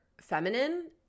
feminine